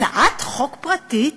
הצעת חוק פרטית